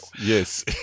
yes